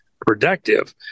productive